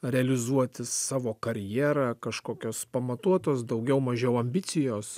realizuoti savo karjerą kažkokios pamatuotos daugiau mažiau ambicijos